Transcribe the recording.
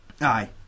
aye